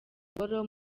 ngoro